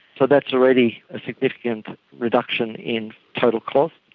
so that's already a significant reduction in total cost.